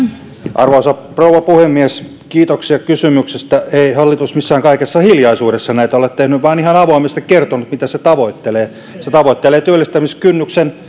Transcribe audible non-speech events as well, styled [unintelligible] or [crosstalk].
arvoisa rouva puhemies kiitoksia kysymyksestä ei hallitus missään kaikessa hiljaisuudessa näitä ole tehnyt vaan ihan avoimesti kertonut mitä se tavoittelee se tavoittelee työllistämiskynnyksen [unintelligible]